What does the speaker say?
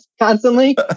constantly